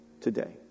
today